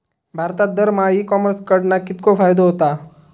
भारतात दरमहा e commerce कडणा कितको फायदो होता?